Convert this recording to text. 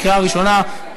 בקריאה ראשונה.